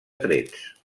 trets